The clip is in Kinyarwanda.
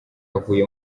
huye